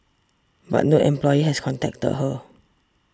but no employer has contacted her